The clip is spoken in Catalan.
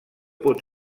pot